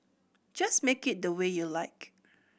just make it the way you like